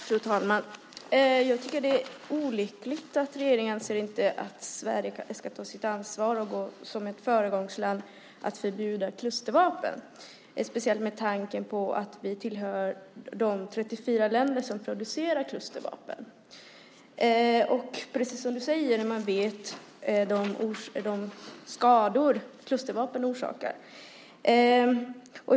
Fru talman! Jag tycker att det är olyckligt att regeringen inte anser att Sverige ska ta sitt ansvar och som ett föregångsland förbjuda klustervapen, speciellt med tanke på att Sverige tillhör de 34 länder som producerar klustervapen och när vi, precis som Mikael Odenberg säger, vet vilka skador klustervapen orsakar.